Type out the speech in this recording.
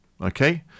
okay